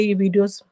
videos